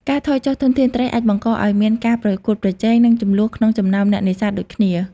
ការថយចុះធនធានត្រីអាចបង្កឱ្យមានការប្រកួតប្រជែង និងជម្លោះក្នុងចំណោមអ្នកនេសាទដូចគ្នា។